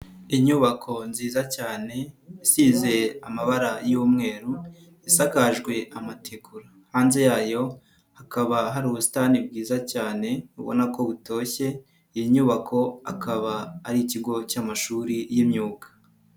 Inyubako nziza cyane isize amabara y'umweru yasakajwe amategura, hanze yayo hakaba hari ubusitani bwiza cyane ubona ko butoshye, iyi nyubako akaba ari ikigo cy'amashuri y'imyuga.